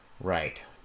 Right